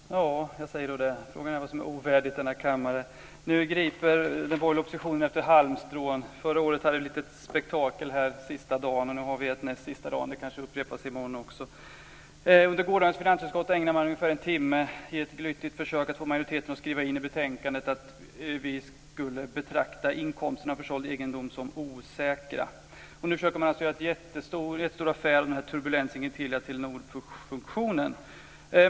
Fru talman! Jag säger då det, frågan är vad som är ovärdigt denna kammare. Nu griper den borgerliga oppositionen efter halmstrån. Förra året hade vi ett litet spektakel här sista dagen, nu har vi ett näst sista dagen. Det kanske upprepas i morgon också. Under gårdagens debatt om finansutskottets ärenden ägnade man ungefär en timme i ett glyttigt försök att få majoriteten att skriva in i betänkandet att vi skulle betrakta inkomsterna för såld egendom som osäkra. Nu försöker man alltså göra en jättestor affär av turbulensen i Telia-Telenor-fusionen.